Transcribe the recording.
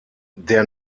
der